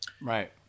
right